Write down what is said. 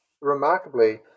Remarkably